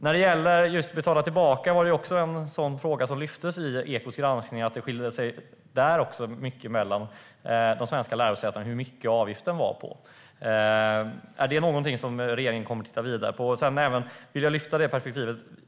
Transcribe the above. När det gäller återbetalning lyfte Ekots granskning upp att avgifterna skiljer sig mycket åt mellan de svenska lärosätena. Är det något som regeringen kommer att titta vidare på?